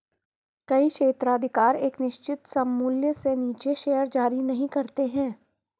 कई क्षेत्राधिकार एक निश्चित सममूल्य से नीचे शेयर जारी नहीं करते हैं